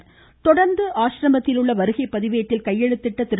அதனை தொடர்ந்து ஆசிரமத்தில் உள்ள வருகைப் பதிவேட்டில் கையெழுத்திட்ட திரு